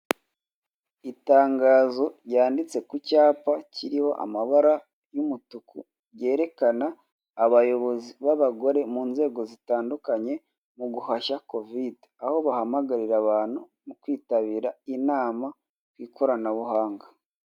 Itangazo ryanditse ku cyapa kiriho amabara y'umutuku kerekana abayobozi babagore mu nzego zitandukanye mu guhasha kovide. Aho bahamagarira abantu kwitabira inama ku ikoranabuhanga.